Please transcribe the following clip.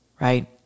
right